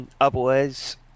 Otherwise